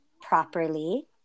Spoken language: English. properly